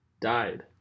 Died